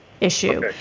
issue